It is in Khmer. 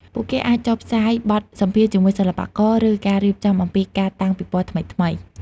ពួកគេអាចនឹងចុះផ្សាយបទសម្ភាសន៍ជាមួយសិល្បករ ឬការរៀបរាប់អំពីការតាំងពិពណ៌ថ្មីៗ។